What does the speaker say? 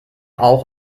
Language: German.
auch